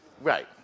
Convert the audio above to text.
Right